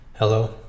Hello